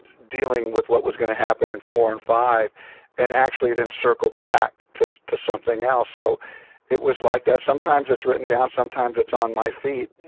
dealing with what was going to happen in four and five and actually then circle back to to something else. so it was like that. sometimes it's written down sometimes it's on my feet.